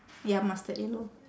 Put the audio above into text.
ya mustard yellow